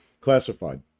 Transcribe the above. Classified